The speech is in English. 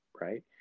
right